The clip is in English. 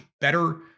better